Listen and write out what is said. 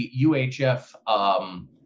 UHF